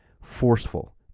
forceful